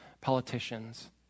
politicians